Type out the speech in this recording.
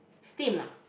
steam lah